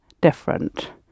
different